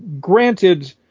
granted